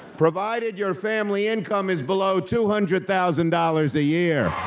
provided your family income is below two hundred thousand dollars a year.